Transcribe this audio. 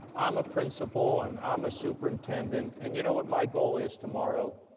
i'm a principal and i'm a superintendent and you know what my goal is tomorrow,